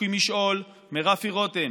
משוקי משעול, מרפי רותם.